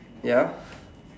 ya